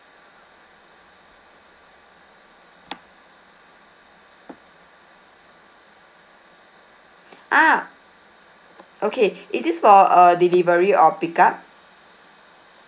ah okay is this for a delivery or pick up